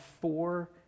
four